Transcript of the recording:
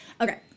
okay